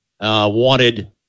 wanted